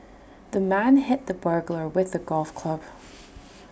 the man hit the burglar with A golf club